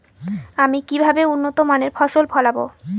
আমি কিভাবে উন্নত মানের ফসল ফলাবো?